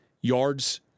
yards